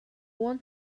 want